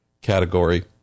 category